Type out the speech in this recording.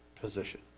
position